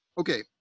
Okay